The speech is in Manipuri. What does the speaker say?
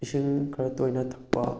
ꯏꯁꯤꯡ ꯈꯔ ꯇꯣꯏꯅ ꯊꯛꯄ